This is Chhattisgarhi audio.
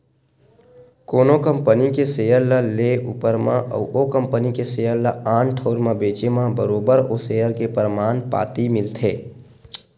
कोनो कंपनी के सेयर ल लेए ऊपर म अउ ओ कंपनी के सेयर ल आन ठउर म बेंचे म बरोबर ओ सेयर के परमान पाती मिलथे